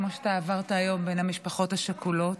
כמו שאתה עברת היום בין המשפחות השכולות,